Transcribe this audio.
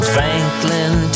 Franklin